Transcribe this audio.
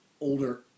older